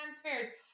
transfers